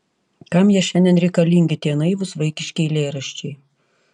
kam jie šiandien reikalingi tie naivūs vaikiški eilėraščiai